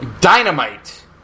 Dynamite